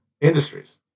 industries